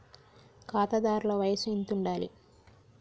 ఖాతాదారుల వయసు ఎంతుండాలి?